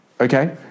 Okay